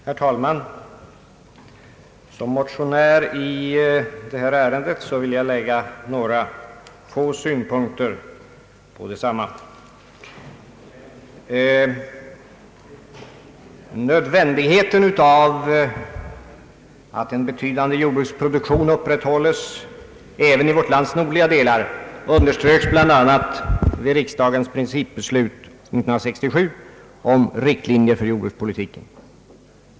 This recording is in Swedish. Herr talman! Som motionär i detta ärende vill jag framföra några få synpunkter på detsamma. Nödvändigheten av att en betydande jordbruksproduktion upprätthålles även 1 vårt lands nordliga delar underströks bl.a. vid riksdagens principbeslut 1967 om riktlinjer för jordbrukspolitiken.